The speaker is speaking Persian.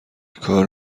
کار